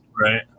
Right